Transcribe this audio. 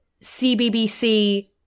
CBBC